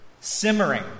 simmering